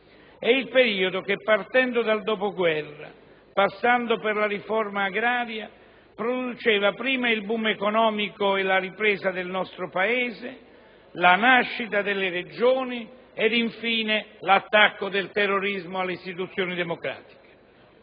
È il periodo che partendo dal dopoguerra, passando per la riforma agraria, produceva prima il boom economico e la ripresa del nostro Paese, la nascita delle Regioni ed infine l'attacco del terrorismo alle istituzioni democratiche.